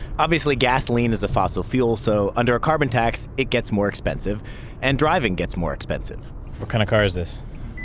obviously, gasoline is a fossil fuel. so under a carbon tax, it gets more expensive and driving gets more expensive what kind of car is this?